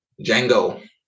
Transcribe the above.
Django